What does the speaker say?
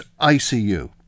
ICU